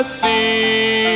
see